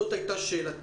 זו היתה שאלתי.